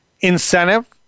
incentive